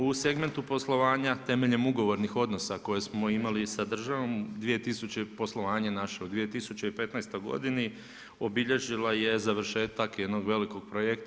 U segmentu poslovanja temeljem ugovornih odnosa koje smo imali sa državom, 2000 poslovanje naše, u 2015. godini, obilježila je završetak jednog velikog projekta.